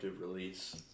release